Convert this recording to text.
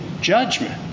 judgment